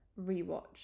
rewatch